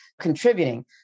contributing